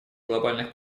глобальных